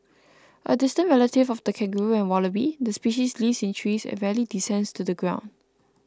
a distant relative of the kangaroo and wallaby the species lives in trees and rarely descends to the ground